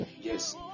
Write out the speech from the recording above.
Yes